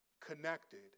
connected